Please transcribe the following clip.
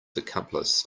accomplice